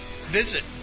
visit